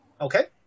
okay